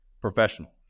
professional